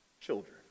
children